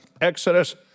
Exodus